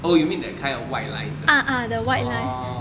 oh you mean that kind of white lines ah orh